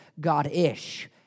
God-ish